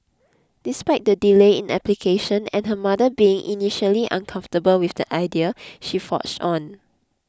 despite the delay in application and her mother being initially uncomfortable with the idea she forged on